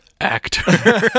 actor